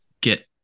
get